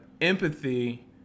empathy